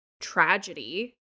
tragedy